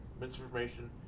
misinformation